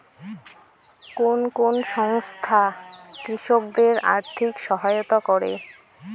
কোন কোন সংস্থা কৃষকদের আর্থিক সহায়তা করে?